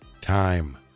time